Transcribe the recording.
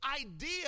idea